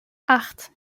acht